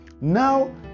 Now